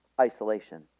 isolation